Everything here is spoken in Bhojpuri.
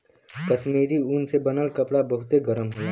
कश्मीरी ऊन से बनल कपड़ा बहुते गरम होला